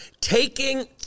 taking